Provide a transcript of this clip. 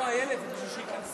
לא, איילת, זה בשביל שייכנסו.